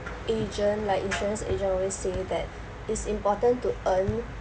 agent like insurance agent always say that is important to earn